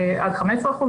עד 15%,